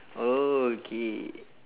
oh K